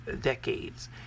decades